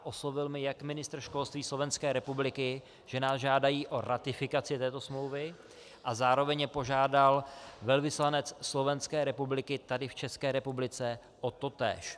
Oslovil mě jak ministr školství Slovenské republiky, že nás žádají o ratifikaci této smlouvy, a zároveň mě požádal velvyslanec Slovenské republiky tady v České republice o totéž.